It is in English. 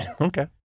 Okay